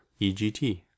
EGT